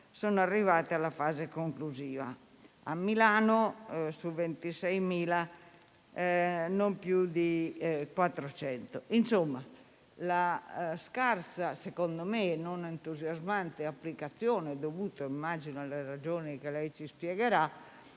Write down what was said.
sono arrivate alla fase conclusiva; a Milano, su 26.000, non più di 400. Secondo me, la scarsa e non entusiasmante applicazione, dovuta - immagino - alle ragioni che ci spiegherà,